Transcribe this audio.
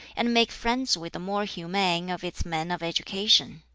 and make friends with the more humane of its men of education.